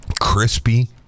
Crispy